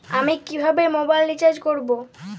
আমি কিভাবে mobile recharge করব?